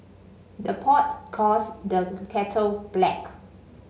the pot calls the kettle black